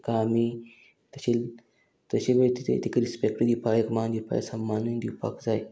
ताका आमी तशें तशें पय ती तिका रिस्पेक्ट दिवपा एक मान दिवपा सम्मानूय दिवपाक जाय